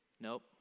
nope